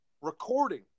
Recording